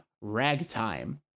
Ragtime